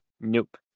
Nope